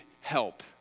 help